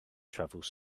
travels